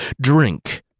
Drink